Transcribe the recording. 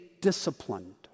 disciplined